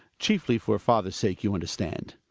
chiefly for father's sake, you understand.